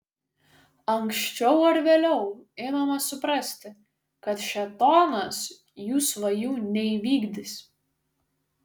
anksčiau ar vėliau imama suprasti kad šėtonas jų svajų neįvykdys